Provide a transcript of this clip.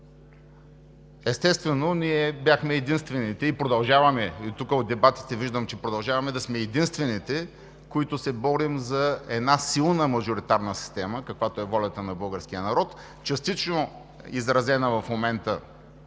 Естествено ние бяхме единствените и тук от дебатите виждам, че продължаваме да сме единствените, които се борим за една силна мажоритарна система, каквато е волята на българския народ, частично изразена в момента